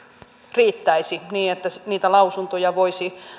riittäisi niin että niitä lausuntoja voisi